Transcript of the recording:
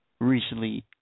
Recently